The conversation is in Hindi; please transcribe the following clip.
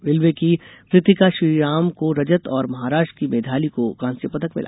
रेलवे की रीतिका श्रीराम को रजत और महाराष्ट्र की मेधाली को कांस्यपदक मिला